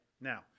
Now